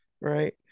right